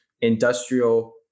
industrial